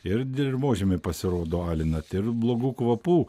ir dirvožemį pasirodo alinat ir blogų kvapų